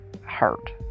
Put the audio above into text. hurt